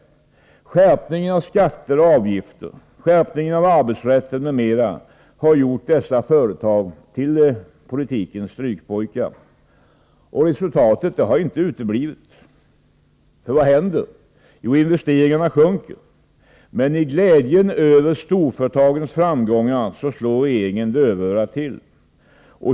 Större skärpningar av skatter och avgifter, skärpningen av arbetsrätten m.m. har gjort dessa företag till politikens strykpojkar, och resultatet har inte uteblivit. Vad har hänt? Jo, investeringarna sjunker. Men i glädjen över storföretagens framgångar slår regeringen dövörat till.